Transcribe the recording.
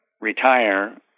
retire